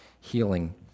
healing